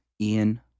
ian